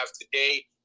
today